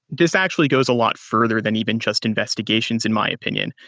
this actually goes a lot further than even just investigations in my opinion.